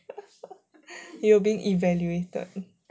you're being evaluated